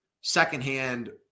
secondhand